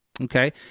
Okay